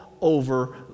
over